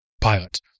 pilot